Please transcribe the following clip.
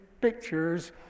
pictures